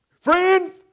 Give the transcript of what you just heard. Friends